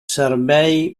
servei